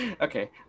Okay